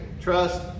trust